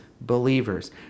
believers